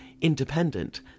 independent